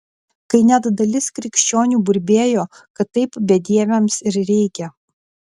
kai net dalis krikščionių burbėjo kad taip bedieviams ir reikia